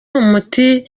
umuti